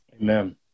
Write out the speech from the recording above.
Amen